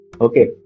Okay